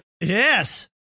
Yes